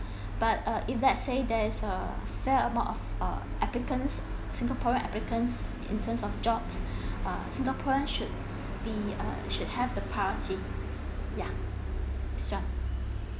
but uh if let's say there is a fair amount of uh applicants singaporean applicants in terms of jobs uh singaporean should be uh should have the priority yeah shawn